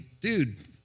dude